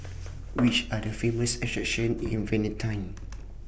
Which Are The Famous attractions in Vientiane